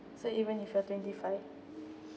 so even if you are twenty five